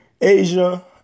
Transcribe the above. Asia